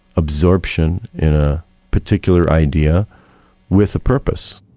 absorption in a particular idea with a purpose.